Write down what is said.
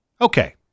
Okay